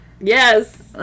Yes